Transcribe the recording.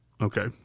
okay